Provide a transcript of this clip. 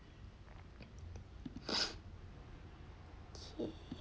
okay